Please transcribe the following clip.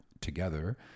together